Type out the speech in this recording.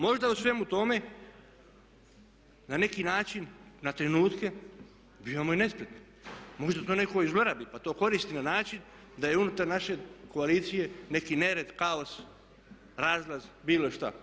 Možda u svemu tome na neki način, na trenutke bivamo i … možda to netko i zlorabi pa to koristi na način da je unutar naše koalicije neki nered, kaos, razlaz, bilo šta.